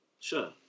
Sure